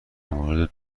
مورد